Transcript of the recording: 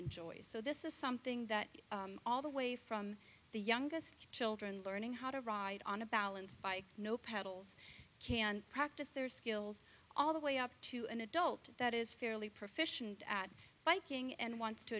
enjoy so this is something that all the way from the youngest children learning how to ride on a balance by no pedals can practice their skills all the way up to an adult that is fairly proficient at biking and wants to